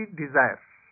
desires